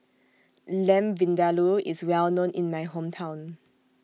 Lamb Vindaloo IS Well known in My Hometown